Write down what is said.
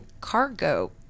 cargo